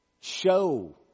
show